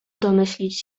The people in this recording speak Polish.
domyślić